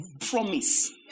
promise